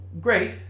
great